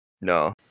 No